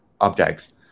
objects